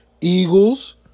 Eagles